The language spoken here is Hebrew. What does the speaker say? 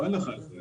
פה אין את זה.